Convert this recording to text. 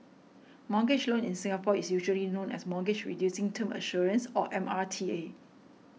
mortgage loan in Singapore is usually known as Mortgage Reducing Term Assurance or M R T A